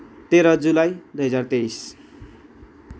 तेह्र जुलाई दुई हजार तेइस